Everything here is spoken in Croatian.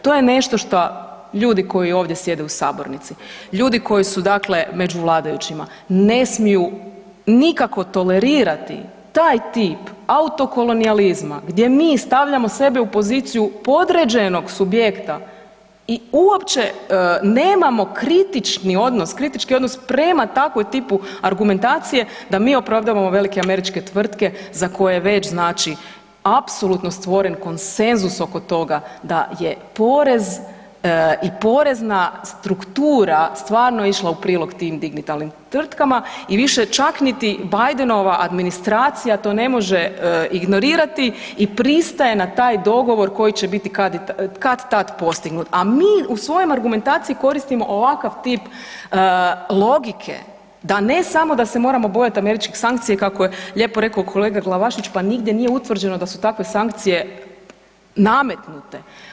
To je nešto šta ljudi koji ovdje sjede u sabornici, ljudi koji su dakle među vladajućima ne smiju nikako tolerirati taj tip autokolonijalizma gdje mi stavljamo sebe u poziciju podređenog subjekta i uopće nemamo kritični odnos, kritički odnos prema takvom tipu argumentacije da mi opravdavamo velike američke tvrtke za koje je već znači apsolutno stvoren konsenzus oko toga da je porez i porezna struktura stvarno išla u prilog tim digitalnim tvrtkama i više čak niti Bidenova administracija to ne može ignorirati i pristaje na taj dogovor koji će biti kad-tad postignut, a mi u svojoj argumentaciji koristimo ovakav tip logike da ne samo da se moramo bojat američkih sankcija i kako je lijepo reko kolega Glavašević, pa nigdje nije utvrđeno da su takve sankcije nametnute.